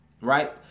right